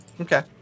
Okay